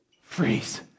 Freeze